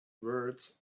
words